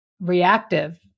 reactive